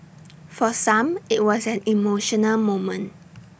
for some IT was an emotional moment